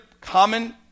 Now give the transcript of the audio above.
common